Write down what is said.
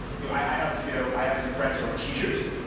yeah i have you know i have some friends who are teachers.